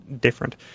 different